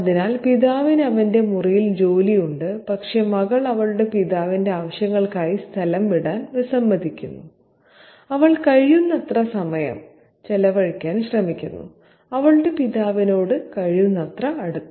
അതിനാൽ പിതാവിന് അവന്റെ മുറിയിൽ ജോലിയുണ്ട് പക്ഷേ മകൾ അവളുടെ പിതാവിന്റെ ആവശ്യങ്ങൾക്കായി സ്ഥലം വിടാൻ വിസമ്മതിക്കുന്നു അവൾ കഴിയുന്നത്ര സമയം ചെലവഴിക്കാൻ ശ്രമിക്കുന്നു അവളുടെ പിതാവിനോട് കഴിയുന്നത്ര അടുത്ത്